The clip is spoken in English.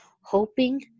Hoping